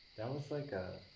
that was like a.